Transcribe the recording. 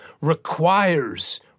requires